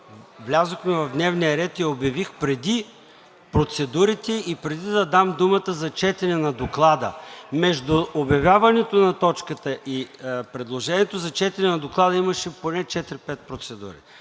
влязохме в дневния ред и я обявих преди процедурите и преди да дам думата за четете на Доклада. Между обявяването на точката и предложението за четене на Доклада имаше поне 4 – 5 процедури,